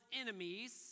enemies